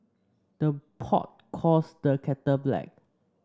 the pot calls the kettle black